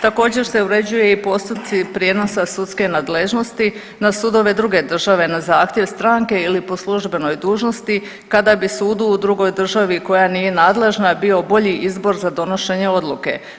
Također se uređuje i postupci prijenosa sudske nadležnosti na sudove druge države na zahtjev stranke ili po službenoj dužnosti kada bi sudu u drugoj državi koja nije nadležna bio bolji izbor za donošenje odluke.